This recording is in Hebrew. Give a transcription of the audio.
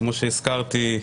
כמו שהזכרתי,